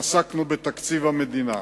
עסקנו בתקציב המדינה,